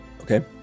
Okay